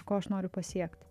ko aš noriu pasiekti